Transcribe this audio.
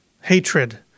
hatred